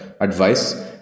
advice